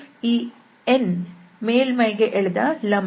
ಈ n ಮೇಲ್ಮೈಗೆ ಎಳೆದ ಲಂಬ